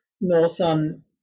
northern